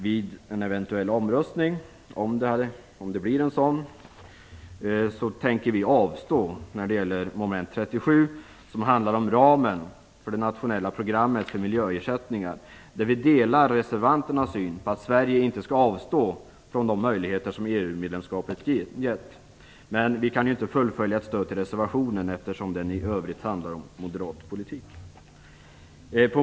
Vid en eventuell omröstning tänker vi avstå från att rösta när det gäller mom. 37, som handlar om ramen för det nationella programmet för miljöersättningar. Där delar vi reservanternas syn på att Sverige inte skall avstå från de möjligheter som EU-medlemskapet gett. Men vi kan inte fullfölja det med ett stöd till reservationen, eftersom den i övrigt handlar om moderat politik.